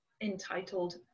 entitled